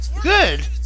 good